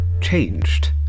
Changed